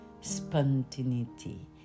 Spontaneity